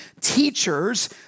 teachers